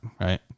right